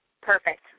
Perfect